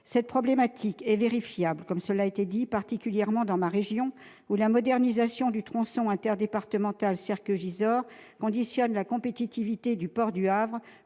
est particulièrement vérifiable, comme cela a été dit, dans ma région, où la modernisation du tronçon interdépartemental Serqueux-Gisors conditionne la compétitivité du port du Havre,